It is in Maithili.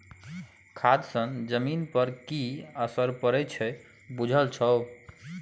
खाद सँ जमीन पर की असरि पड़य छै बुझल छौ